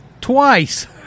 Twice